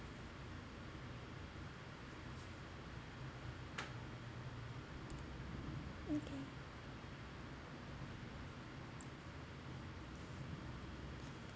okay